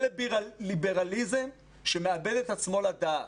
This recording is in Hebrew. זה ליברליזם שמאבד את עצמו לדעת,